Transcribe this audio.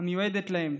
המיועדים להם.